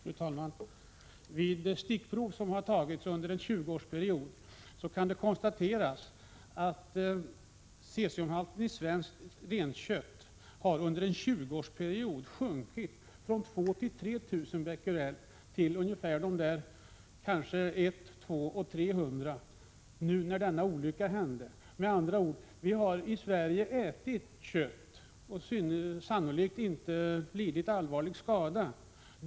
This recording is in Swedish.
Fru talman! Vid stickprov som tagits under en 20-årsperiod har det konstaterats att cesiumhalten i svenskt renkött har sjunkit från 2 000-3 000 Bq till några hundra då olyckan hände. Med andra ord har vi i Sverige ätit sådant renkött under lång tid, sannolikt utan att lida allvarlig skada.